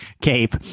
cape